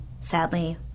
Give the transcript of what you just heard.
sadly